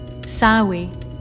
Sawi